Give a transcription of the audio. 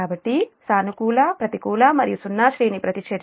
కాబట్టి సానుకూల ప్రతికూల మరియు సున్నా శ్రేణి ప్రతిచర్యలు j0